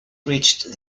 reached